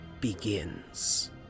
begins